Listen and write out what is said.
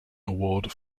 award